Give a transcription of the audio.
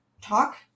talk